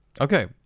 okay